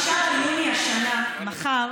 5 ביוני השנה, מחר,